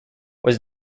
was